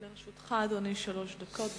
לרשותך, אדוני, שלוש דקות.